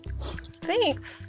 thanks